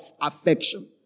affection